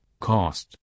cost